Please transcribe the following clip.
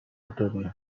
دنیا